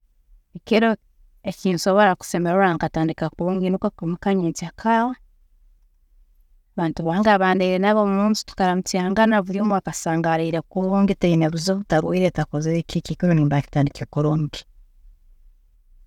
﻿Ekiro eki nsobola kusemererwa nkatandika kulungi nikwe kwiimuka nyenkya kara abantu bange abu ndiire nabo munju tukaramukyangana buryomu akasanga ariire kurungi taine buzibu, tarwiire takozireki, eki ekiro nimba nkitandikire.